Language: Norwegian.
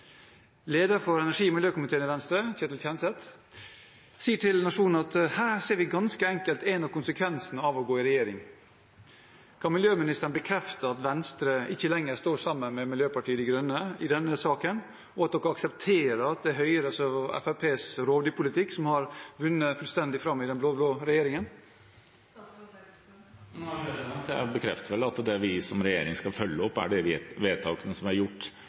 for energi- og miljøkomiteen, Ketil Kjenseth fra Venstre, sier til Nationen at «her ser vi ganske enkelt en av konsekvensene av å gå i regjering». Kan miljøministeren bekrefte at Venstre ikke lenger står sammen med Miljøpartiet De Grønne i denne saken, og at en aksepterer at det er Høyre og Fremskrittspartiets rovdyrpolitikk som har vunnet fullstendig fram i den blå-blå regjeringen? Jeg bekrefter vel at det vi som regjering skal følge opp, er de vedtakene som er gjort